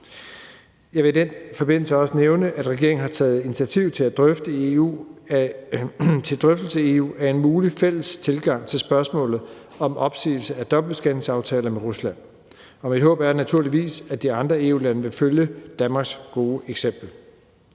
Jeg vil i den forbindelse også nævne, at regeringen har taget initiativ til en drøftelse i EU af en mulig fælles tilgang til spørgsmålet om opsigelse af dobbeltbeskatningsaftaler med Rusland, og mit håb er naturligvis, at de andre EU-lande vil følge Danmarks gode eksempel.